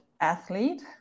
athlete